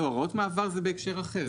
לא, הוראות מעבר זה בהקשר אחר.